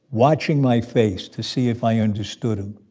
watching my face to see if i understood him.